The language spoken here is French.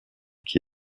qui